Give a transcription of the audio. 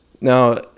now